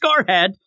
Scarhead